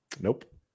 Nope